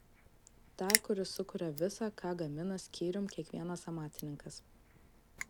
tą kuris sukuria visa ką gamina skyrium kiekvienas amatininkas